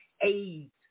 AIDS